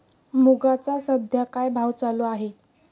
मुगाचा सध्या काय भाव चालू आहे?